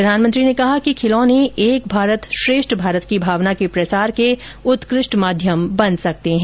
प्रधानमंत्री ने कहा कि खिलौने एक भारत श्रेष्ठ भारत की भावना के प्रसार के उत्कृष्ट माध्यम बन सकते हैं